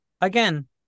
again